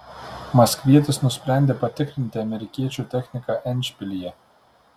maskvietis nusprendė patikrinti amerikiečio techniką endšpilyje